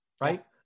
right